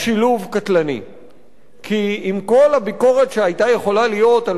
כי עם כל הביקורת שהיתה יכולה להיות על ממשלת שמיר ב-1991,